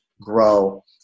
grow